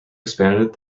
expanded